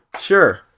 Sure